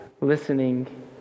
listening